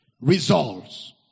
results